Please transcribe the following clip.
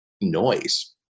Noise